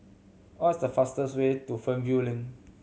what is the fastest way to Fernvale Link